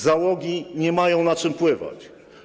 Załogi nie mają na czym pływać.